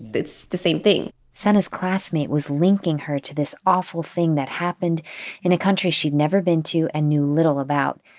it's the same thing sana's classmate was linking her to this awful thing that happened in a country she'd never been to and knew little about.